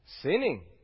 Sinning